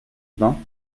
vingts